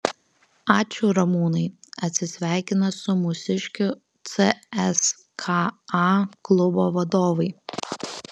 ačiū ramūnai atsisveikina su mūsiškiu cska klubo vadovai